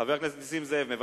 חבר הכנסת נסים זאב, מוותר?